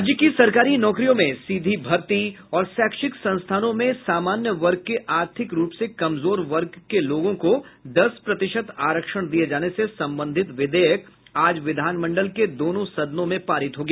राज्य की सरकारी नौकरियों में सीधी भर्ती और शैक्षिक संस्थानों में सामान्य वर्ग के आर्थिक रूप से कमजोर वर्ग के लोगों को दस प्रतिशत आरक्षण दिये जाने से संबंधित विधेयक आज विधानमंडल के दोनों सदनों में पारित हो गया